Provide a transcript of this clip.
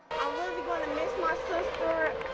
i love the going to miss my sister.